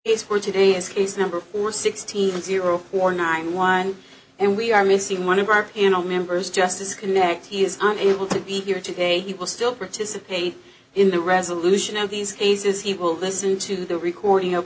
is for today is case number or sixteen zero or nine one and we are missing one of our panel members just disconnect he is unable to be here today he will still pretty supply in the resolution of these cases he will listen to the recording o